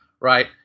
right